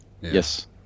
yes